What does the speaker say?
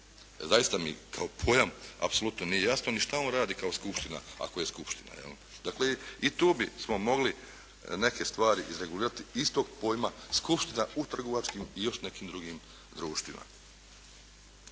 Zaista mi kao pojam apsolutno nije jasno ni šta on radi kao skupština, ako je skupština. Dakle, i tu bismo mogli neke stvari izregulirati istog pojma skupština u trgovačkim i još nekim drugim društvima.